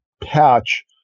patch